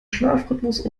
schlafrhythmus